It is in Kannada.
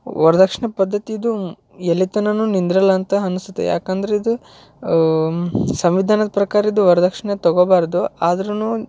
ವರದಕ್ಷ್ಣೆ ಪದ್ಧತಿದು ಎಲ್ಲಿ ತನಕನು ನಿಂದ್ರಲ್ಲ ಅಂತ ಅನಿಸುತ್ತೆ ಯಾಕಂದ್ರೆ ಇದು ಸಂವಿಧಾನದ ಪ್ರಕಾರ ಇದು ವರದಕ್ಷ್ಣೆ ತೊಗೊಬಾರದು ಆದ್ರೂ